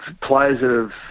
Players